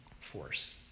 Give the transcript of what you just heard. force